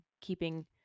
keeping